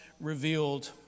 revealed